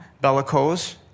bellicose